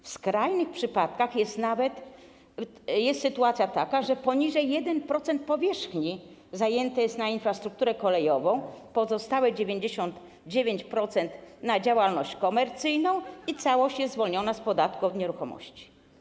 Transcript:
W skrajnych przypadkach jest nawet sytuacja taka, że poniżej 1% powierzchni zajęte jest pod infrastrukturę kolejową, pozostałe 99% pod działalność komercyjną, a całość jest zwolniona z podatku od nieruchomości.